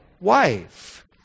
wife